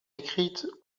écrites